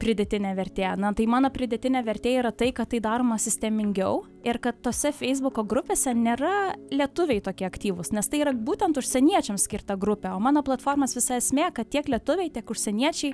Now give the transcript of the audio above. pridėtinė vertė na tai mano pridėtinė vertė yra tai kad tai daroma sistemingiau ir kad tose feisbuko grupėse nėra lietuviai tokie aktyvūs nes tai yra būtent užsieniečiams skirta grupė o mano platformos visa esmė kad tiek lietuviai tiek užsieniečiai